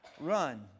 run